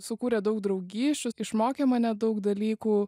sukūrė daug draugysčių išmokė mane daug dalykų